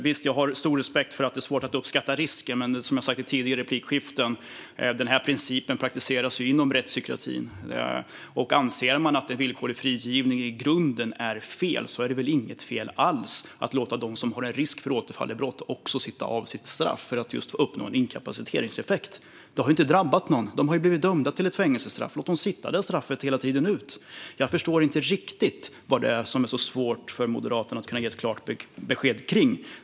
Visst, jag har stor respekt för att det är svårt att uppskatta risk, men som jag har sagt i tidigare replikskiften praktiseras denna princip inom rättspsykiatrin. Om man anser att en villkorlig frigivning i grunden är fel är det väl inget fel alls i att låta dem som har en risk för återfall i brott sitta av sitt straff för att uppnå en inkapaciteringseffekt. Det drabbar ju ingen - de har ju blivit dömda till fängelsestraff. Låt dem sitta tiden ut! Jag förstår inte riktigt vad som är så svårt för Moderaterna att ge ett klart besked om.